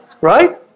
Right